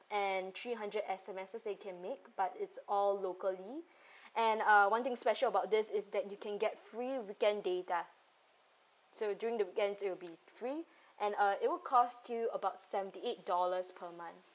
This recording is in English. and three hundred SMS that you can make but it's all locally and uh one thing special about this is that you can get free weekend data so during the weekend it'll be free and uh it'll cost you about seventy eight dollars per month